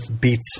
Beats